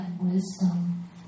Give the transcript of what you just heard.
wisdom